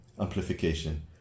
amplification